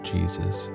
Jesus